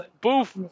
boof